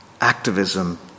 Activism